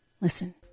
Listen